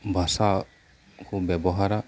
ᱵᱷᱟᱥ ᱠᱚ ᱵᱮᱵᱚᱦᱟᱨᱟ